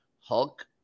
Hulk